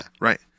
right